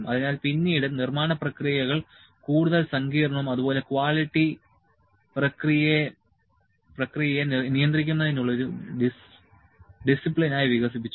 അതിനാൽ പിന്നീട് നിർമ്മാണ പ്രക്രിയകൾ കൂടുതൽ സങ്കീർണ്ണവും അതുപോലെ ക്വാളിറ്റി പ്രക്രിയയെ നിയന്ത്രിക്കുന്നതിനുള്ള ഒരു ഡിസിപ്ലിനായി വികസിപ്പിച്ചു